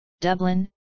Dublin